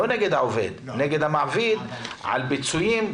לא נגד העובד, על פיצויים.